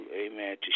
amen